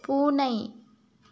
பூனை